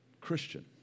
Christian